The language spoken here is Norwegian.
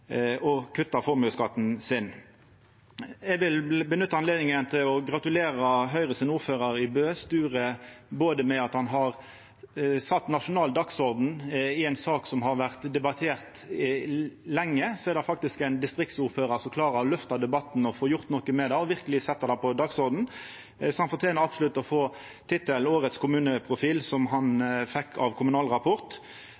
kutta formuesskatten sin. Eg vil nytta høvet til å gratulera Høgres ordførar i Bø, Sture Pedersen, med at han har sett nasjonal dagsorden. I ei sak som har vore debattert lenge, er det ein distriktsordførar som klarer å lyfta debatten og få gjort noko med det. Han har verkeleg sett dette på dagsordenen, så han fortener så absolutt å få tittelen årets kommuneprofil, som han